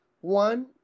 One